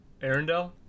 Arendelle